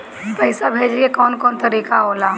पइसा भेजे के कौन कोन तरीका होला?